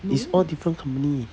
it's all different company